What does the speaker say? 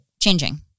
Changing